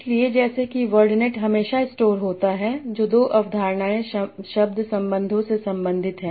इसलिए जैसे कि वर्डनेट हमेशा स्टोर होता है जो दो अवधारणाएं शब्द संबंधों से संबंधित हैं